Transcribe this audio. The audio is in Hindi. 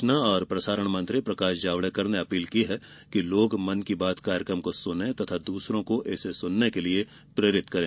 सूचना और प्रसारण मंत्री प्रकाश जावड़ेकर ने े अपील की है कि लोग मन की बात कार्यक्रम को सुने तथा दूसरों को इसे सुनने के लिए प्रेरित करें